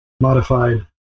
modified